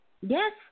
Yes